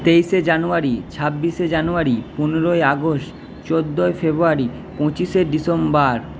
তেইশে জানুয়ারি ছাব্বিশে জানুয়ারি পনেরোই আগস্ট চোদ্দোই ফেব্রুয়ারি পঁচিশে ডিসেম্বর